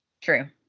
True